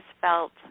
felt